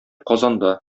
казанда